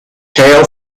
tail